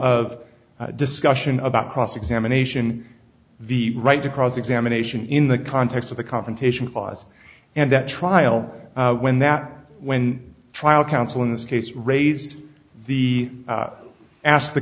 of discussion about cross examination the right to cross examination in the context of the confrontation clause and that trial when that when trial counsel in this case raised the ask the